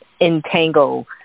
entangle